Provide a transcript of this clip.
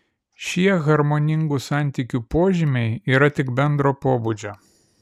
šie harmoningų santykių požymiai yra tik bendro pobūdžio